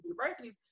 universities